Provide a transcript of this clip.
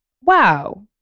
wow